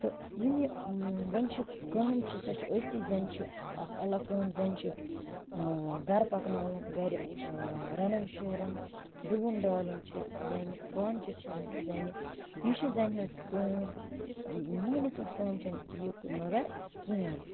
تہٕ یِم یہِ وٕنۍ چھِ کٲم چھِ سۄ چھِ ٲسِتھٕے زَنٛنہِ چھِ اَکھ الگ کٲم زَنٛنہِ چھِ گَرٕ پَکناوُن گَرِ رَنُن شٮ۪رُن ڈُوُن ڈالُن چھِ زَنٛنہِ بانہٕ چھِ چھلٕنۍ زَنٛنہِ یہِ چھِ زَنٛنہِ ہٕنٛز کٲم مہٕنِوِ سٕنٛز کٲم چھِنہٕ یہِ مگر کِہیٖنۍ